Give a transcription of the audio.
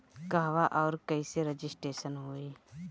कहवा और कईसे रजिटेशन होई?